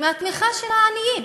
מהתמיכה של העניים,